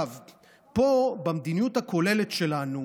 פה,